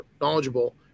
knowledgeable